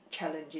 challenging